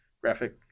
graphic